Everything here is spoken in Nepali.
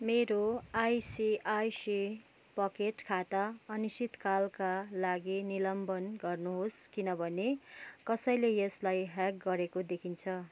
मेरो आइसिआइसिआई पकेट खाता अनिश्चितकालका लागि निलम्बन गर्नुहोस् किनभने कसैले यसलाई ह्याक गरेको देखिन्छ